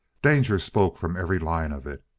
danger spoke from every line of it.